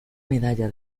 medalla